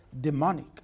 demonic